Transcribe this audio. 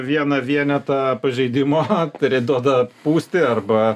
vieną vienetą pažeidimo aktorė duoda pūsti arba